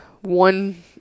one